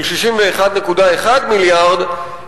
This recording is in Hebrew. של 61.1 מיליארד,